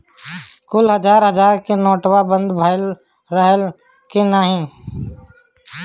कुल हजार हजार के नोट्वा बंद भए रहल की नाही